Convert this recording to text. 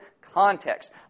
context